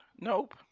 Nope